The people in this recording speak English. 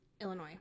Illinois